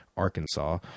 arkansas